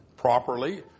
properly